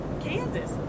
Kansas